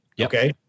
Okay